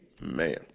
man